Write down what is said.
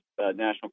national